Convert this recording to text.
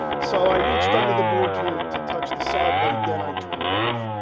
so i reached under the board to to touch the saw blade then i turned it off.